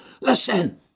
Listen